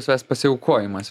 savęs pasiaukojimas